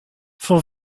son